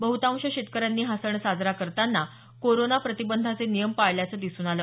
बहतांश शेतकऱ्यांनी हा सण साजरा करताना कोरोना प्रतिबंधाचे नियम पाळल्याचं दिसून आलं